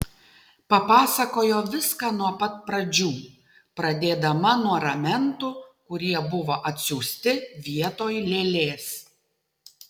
papasakojo viską nuo pat pradžių pradėdama nuo ramentų kurie buvo atsiųsti vietoj lėlės